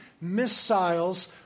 missiles